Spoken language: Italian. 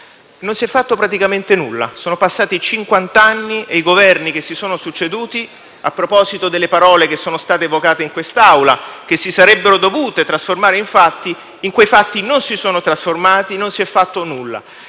non si è fatto praticamente nulla. Sono passati cinquant'anni, e i Governi che si sono succeduti - a proposito delle parole che sono state evocate in quest'Assemblea, che si sarebbero dovute trasformare in fatti, ma che in fatti non si sono trasformate - non hanno fatto nulla.